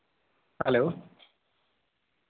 hello